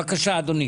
בבקשה אדוני